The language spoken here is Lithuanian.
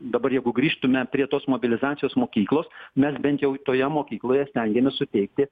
dabar jeigu grįžtume prie tos mobilizacijos mokyklos mes bent jau toje mokykloje stengiamės suteikti